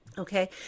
Okay